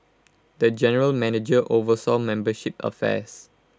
the general manager oversaw membership affects